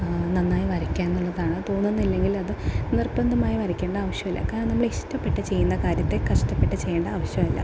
നന്നായി വരക്കാനുള്ളതാണ് തോന്നുന്നില്ലെങ്കിൽ അത് നിർബന്ധമായി വരക്കേണ്ട ആവശ്യമില്ല കാര്യം നമ്മൾ ഇഷ്ടപ്പെട്ട് ചെയ്യുന്ന കാര്യത്തെ കഷ്ടപ്പെട്ട് ചെയ്യേണ്ട ആവശ്യം ഇല്ല